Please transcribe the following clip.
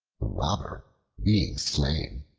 the robber being slain,